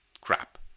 crap